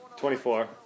24